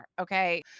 Okay